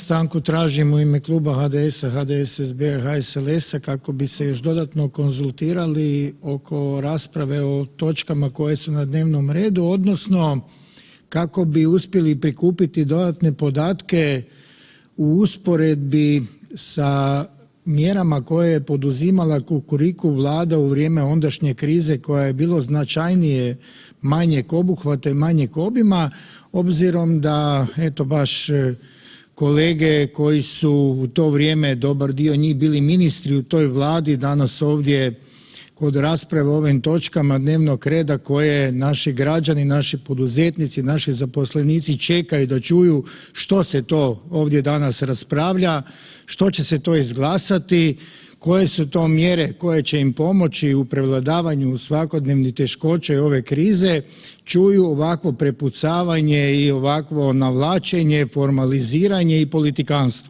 Stanku tražim u ime kluba HDS-a, HDSSB-a i HSLS-a kako bi se još dodatno konzultirali oko rasprave o točkama koje su na dnevnom redu odnosno kako bi uspjeli prikupiti dodatne podatke u usporedbi sa mjerama koje je poduzimala kukuriku vlada u vrijeme ondašnje krize koja je bilo značajnije manjeg obuhvata i manjeg obima obzirom da eto baš kolege koji su u to vrijeme, dobar dio njih bili ministri u toj vladi, danas ovdje kod rasprave o ovim točkama dnevnog reda koje naši građani, naši poduzetnici, naši zaposlenici čekaju da čuju što se to ovdje danas raspravlja, što će se to izglasati, koje su to mjere koje će im pomoći u prevladavanju svakodnevnih teškoća i ove krize, čuju ovakvo prepucavanje i ovakvo navlačenje, formaliziranje i politikantstvo.